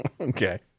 Okay